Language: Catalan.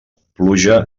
pluja